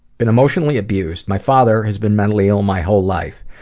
been emotionally abused. my father has been mentally ill my whole life.